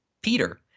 Peter